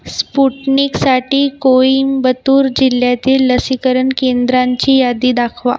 स्पुटनिकसाठी कोइंबतूर जिल्ह्यातील लसीकरण केंद्रांची यादी दाखवा